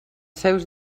seus